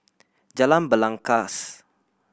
Jalan Belangkas